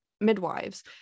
midwives